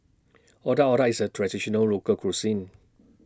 Otak Otak IS A Traditional Local Cuisine